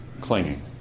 clinging